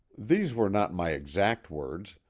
these were not my exact words,